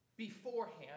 beforehand